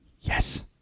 Yes